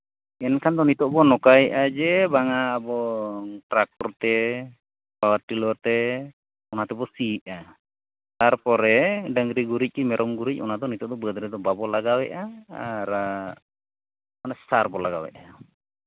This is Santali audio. ᱡᱟᱹᱱᱤᱡ ᱠᱷᱟᱱ ᱫᱚ ᱱᱤᱛᱚᱜ ᱵᱚᱱ ᱱᱚᱝᱠᱟᱭᱟᱜᱼᱟ ᱡᱮ ᱵᱟᱝᱟ ᱟᱵᱚ ᱴᱨᱟᱠᱴᱚᱨ ᱛᱮ ᱯᱟᱣᱟᱨ ᱴᱤᱞᱟᱨ ᱛᱮ ᱚᱱᱟ ᱛᱮᱵᱚ ᱥᱤᱭᱮᱫᱼᱟ ᱛᱟᱨᱯᱚᱨᱮ ᱰᱟᱹᱝᱨᱤ ᱜᱩᱨᱤᱡ ᱠᱤ ᱢᱮᱨᱚᱢ ᱜᱩᱨᱤᱡ ᱠᱚ ᱢᱮᱨᱚᱢ ᱜᱩᱨᱤᱡ ᱚᱱᱟᱫᱚ ᱱᱤᱛᱚᱜ ᱫᱚ ᱵᱟᱹᱫᱽ ᱨᱮᱫᱚ ᱵᱟᱵᱚ ᱞᱟᱜᱟᱣᱮᱫᱼᱟ ᱚᱱᱟ ᱥᱟᱨ ᱵᱚᱱ ᱞᱟᱜᱟᱣᱮᱫᱼᱟ